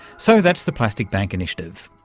so, that's the plastic bank initiative.